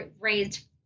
raised